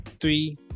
three